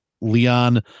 Leon